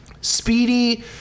speedy